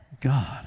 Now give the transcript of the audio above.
God